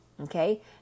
Okay